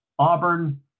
Auburn